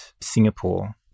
Singapore